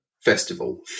festival